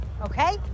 okay